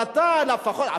ואתה לפחות,